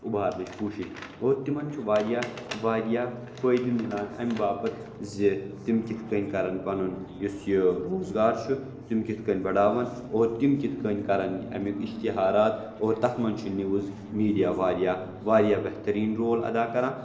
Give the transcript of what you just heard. اُبارنٕچ کوٗشِش گوٚو تِمَن چھُ واریاہ واریاہ فٲیِدٕ میلان اَمہِ باپَتھ زِ تِم کِتھٕ کٔنۍ کَرَن پَنُن یُس یہِ روزگار چھُ تِم کِتھٕ کٔنۍ بَڈاوَن اور تِم کَتھٕ کٔنۍ کَرَن امیُک اِشتِہارات اور تَتھ منٛز چھُ نِیوُز میٖڈیا واریاہ واریاہ بہتَریٖن رول اَدا کران